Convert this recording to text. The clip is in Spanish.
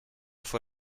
fue